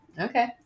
okay